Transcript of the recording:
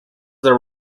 there